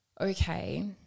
okay